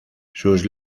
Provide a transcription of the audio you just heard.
sus